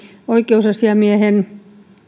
oikeusasiamiehen